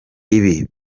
ibi